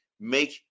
make